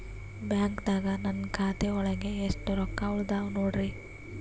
ಬ್ಯಾಂಕ್ದಾಗ ನನ್ ಖಾತೆ ಒಳಗೆ ಎಷ್ಟ್ ರೊಕ್ಕ ಉಳದಾವ ನೋಡ್ರಿ?